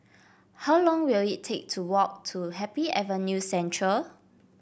how long will it take to walk to Happy Avenue Central